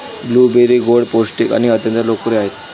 blueberry गोड, पौष्टिक आणि अत्यंत लोकप्रिय आहेत